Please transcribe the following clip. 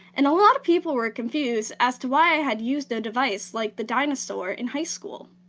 and a lot of people were confused as to why i had used a device like the dinosaur in high school.